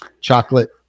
chocolate